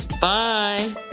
bye